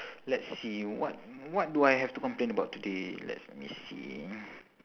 let's see what what do I have to complain about today let me see